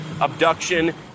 abduction